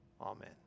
Amen